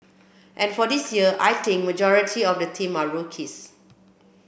and for this year I think majority of the team are rookies